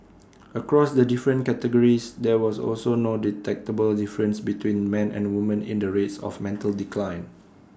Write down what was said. across the different categories there was also no detectable difference between man and woman in the rates of mental decline